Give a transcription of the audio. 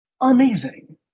amazing